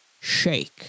shake